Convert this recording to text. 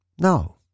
No